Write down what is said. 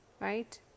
right